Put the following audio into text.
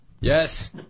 Yes